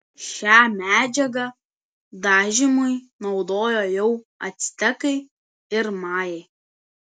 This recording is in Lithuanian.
šią medžiagą dažymui naudojo jau actekai ir majai